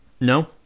no